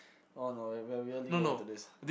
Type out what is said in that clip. hold on we are we are really going into this